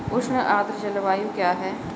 उष्ण आर्द्र जलवायु क्या है?